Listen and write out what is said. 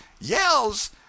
yells